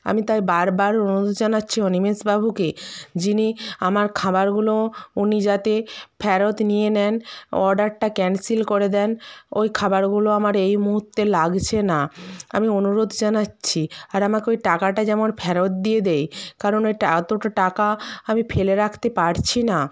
আমি তাই বার বার অনুরোধ জানাচ্ছি অনিমেষ বাবুকে যিনি আমার খাবারগুলো উনি যাতে ফেরত নিয়ে নেন অর্ডারটা ক্যানসেল করে দেন ওই খাবারগুলো আমার এই মুহূর্তে লাগছে না আমি অনুরোধ জানাচ্ছি আর আমাকে ওই টাকাটা যেমন ফেরত দিয়ে দেয় কারণ ওই টা এতটা টাকা আমি ফেলে রাখতে পারছি না